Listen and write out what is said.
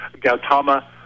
Gautama